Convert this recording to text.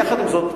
יחד עם זאת,